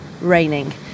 raining